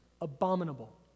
abominable